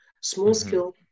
small-scale